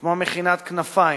כמו "מכינת כנפיים",